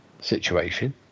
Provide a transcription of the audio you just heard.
situation